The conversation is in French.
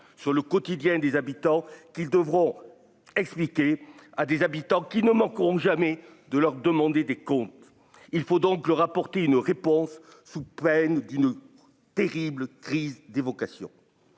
sur le quotidien des habitants qu'ils devront expliquer à des habitants qui ne manqueront jamais de leur demander des comptes, il faut donc leur apporter une réponse sous peine d'une terrible crise des vocations,